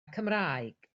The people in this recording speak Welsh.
cymraeg